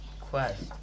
quest